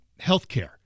healthcare